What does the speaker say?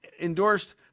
endorsed –